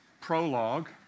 prologue